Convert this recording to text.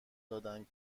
دادند